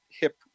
hip